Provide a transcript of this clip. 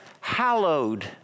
hallowed